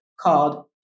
called